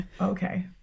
okay